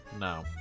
No